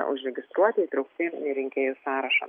užregistruoti įtraukti į rinkėjų sąrašą